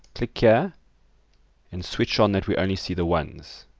click here and switch on that we only see the ones.